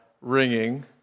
ringing